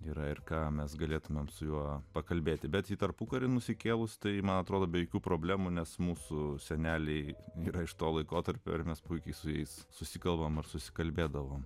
yra ir ką mes galėtumėm su juo pakalbėti bet ji tarpukariu nusikėlus tai man atrodo be jokių problemų nes mūsų seneliai yra iš to laikotarpio ir mes puikiai su jais susikalbame ar susikalbėdavome